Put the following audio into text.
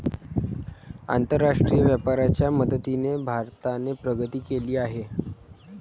आंतरराष्ट्रीय व्यापाराच्या मदतीने भारताने प्रगती केली आहे